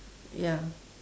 ya